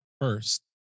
first